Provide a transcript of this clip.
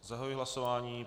Zahajuji hlasování.